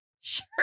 sure